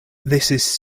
this